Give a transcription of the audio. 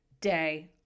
day